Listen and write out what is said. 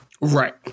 Right